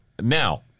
Now